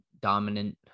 dominant